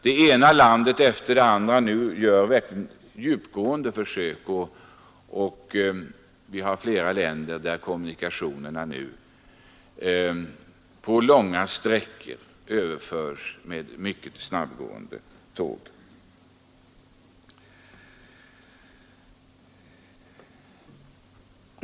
Det ena landet efter det andra gör nu djupgående försök, och det finns flera länder där kommunikationerna nu på långa sträckor sker med mycket snabbgående tåg.